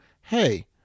hey